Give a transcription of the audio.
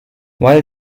while